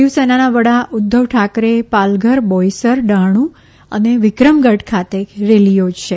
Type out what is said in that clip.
શિવસેનાના વડા ઉધ્ધવ ઠાકરે પાલઘર બોઇસર ડહાણુ અને વિક્રમગઢ ખાતે રેલી થોજશે